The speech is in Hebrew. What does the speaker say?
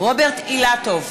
רוברט אילטוב,